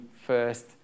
first